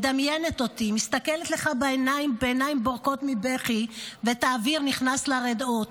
מדמיינת אותי מסתכלת לך בעיניים בורקות מבכי ואת האוויר נכנס לריאות.